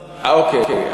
אוקיי.